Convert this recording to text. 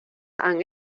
han